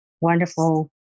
wonderful